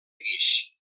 guix